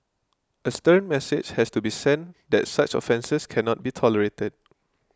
a stern message has to be sent that such offences can not be tolerated